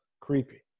Creepy